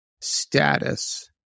status